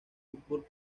football